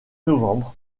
novembre